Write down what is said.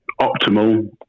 optimal